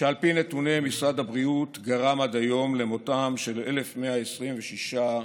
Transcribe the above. שעל פי נתוני משרד הבריאות גרם עד היום למותם של 1,126 אנשים.